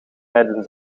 rijden